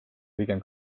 pigem